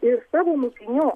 iš savo mokinių